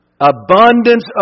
abundance